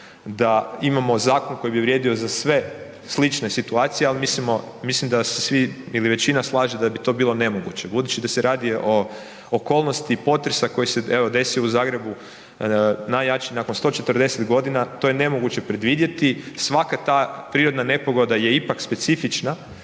da imamo zakon koji bi vrijedio za sve slične situacije, ali mislim da se svi ili većina slaže da bi to bilo nemoguće budući da se radi o okolnosti potresa koji se evo, desio u Zagrebu, najjači nakon 140 godina, to je nemoguće predvidjeti, svaka ta prirodna nepogoda je ipak specifična.